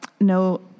no